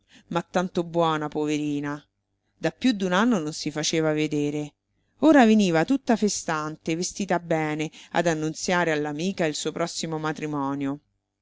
ma tanto buona poverina da più d'un anno non si faceva vedere ora veniva tutta festante vestita bene ad annunziare all'amica il suo prossimo matrimonio